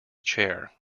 chair